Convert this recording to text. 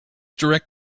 direct